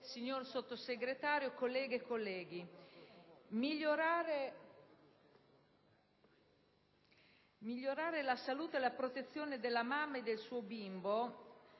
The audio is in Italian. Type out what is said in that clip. signora Sottosegretario, colleghe e colleghi, migliorare la salute e la protezione della mamma e del suo bimbo